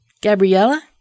Gabriella